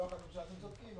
לא ממשלה אתם צודקים,